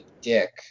dick